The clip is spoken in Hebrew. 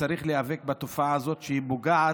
שצריך להיאבק בתופעה הזאת, שפוגעת